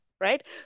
right